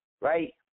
right